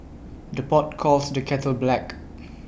the pot calls the kettle black